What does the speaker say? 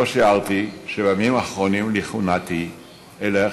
לא שיערתי שבימים האחרונים לכהונתי אלך,